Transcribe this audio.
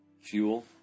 Fuel